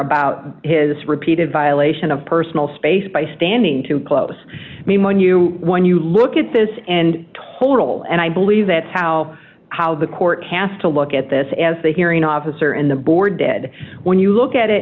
about his repeated violation of personal space by standing too close i mean when you when you look at this and total and i believe that's how how the court has to look at this as the hearing officer in the board did when you look at it